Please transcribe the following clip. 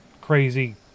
crazy